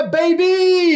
baby